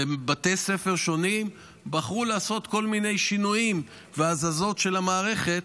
ובתי ספר שונים בחרו לעשות כל מיני שינויים והזזות של המערכת,